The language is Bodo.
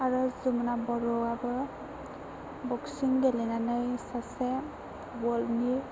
आरो जुमुना बर'आबो बक्सिं गेलेनानै सासे वार्ल्डनि